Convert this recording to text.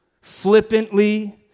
flippantly